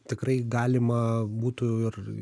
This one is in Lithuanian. tikrai galima būtų ir